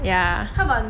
ya